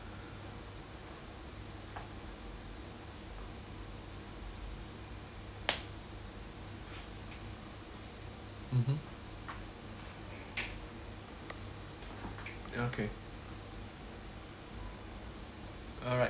mmhmm okay alright